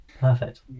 Perfect